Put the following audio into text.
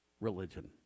religion